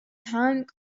hung